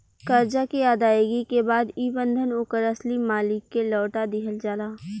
करजा के अदायगी के बाद ई बंधन ओकर असली मालिक के लौटा दिहल जाला